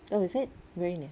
oh is it very near